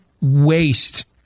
waste